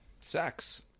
sex